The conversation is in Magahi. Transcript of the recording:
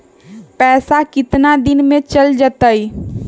पैसा कितना दिन में चल जतई?